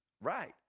Right